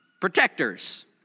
protectors